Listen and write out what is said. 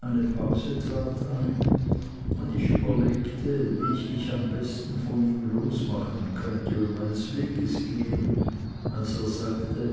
eine pause trat ein und ich überlegte wie ich mich am besten von ihm losmachen könnte und meines weges gehen als er sagte